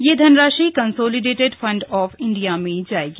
यह धनराशि consolidated fund of India में जाएगी